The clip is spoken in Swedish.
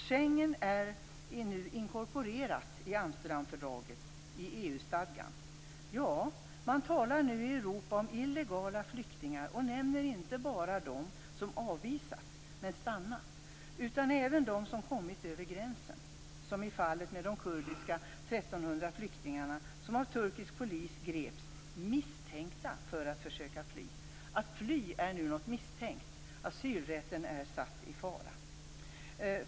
Schengen är nu inkorporerat i Amsterdamfördraget, i EU-stadgan. Ja, man talar nu i Europa om illegala flyktingar och nämner inte bara dem som har avvisats men som har stannat kvar utan även dem som har kommit över gränsen - som i fallet med de 1 300 kurdiska flyktingar som av turkisk polis greps misstänkta för att försöka fly. Att fly är nu någonting misstänkt. Asylrätten är satt i fara.